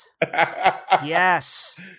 Yes